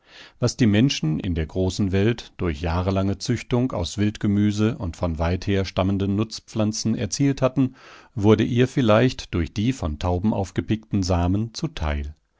was die menschen in der großen welt durch jahrelange züchtung aus wildgemüse und von weither stammenden nutzpflanzen erzielt hatten wurde ihr vielleicht durch die von tauben aufgepickten samen zuteil